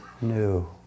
new